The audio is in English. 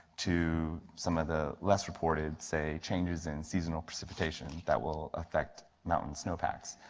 to some of the less reported say changes in seasonal precipitation, that will affect mountain snowpacks.